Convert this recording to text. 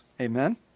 Amen